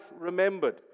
remembered